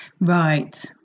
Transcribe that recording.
Right